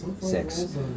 Six